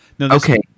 Okay